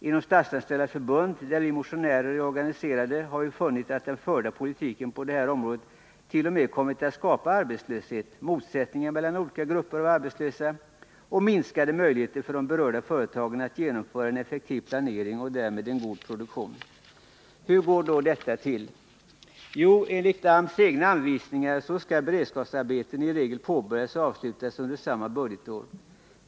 Inom Statsanställdas förbund, där vi motionärer är organiserade, har vi funnit att den förda politiken på det här området t.o.m. kommit att skapa arbetslöshet, motsättningar mellan olika grupper av arbetslösa och minskade möjligheter för de berörda företagen att genomföra en effektiv planering och därmed en god produktion. Hur går då detta till? Jo, enligt AMS egna anvisningar skall beredskapsarbete i regel påbörjas och avslutas under samma budgetår.